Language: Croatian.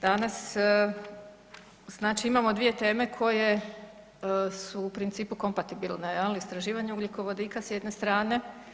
Danas znači imamo dvije teme koje su u principu kompatibilne, istraživanje ugljikovodika sa jedne strane.